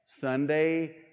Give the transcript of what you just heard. Sunday